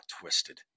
twisted